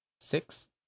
Six